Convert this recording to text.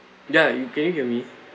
ya you can you hear me